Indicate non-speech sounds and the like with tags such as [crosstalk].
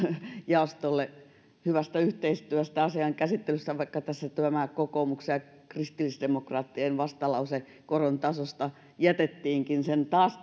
jaostolle hyvästä yhteistyöstä asian käsittelyssä vaikka tässä tämä kokoomuksen ja kristillisdemokraattien vastalause koron tasosta jätettiinkin sen taas [unintelligible]